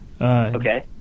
Okay